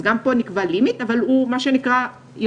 אז גם פה נקבעה הגבלה, אבל היא יותר מקלה.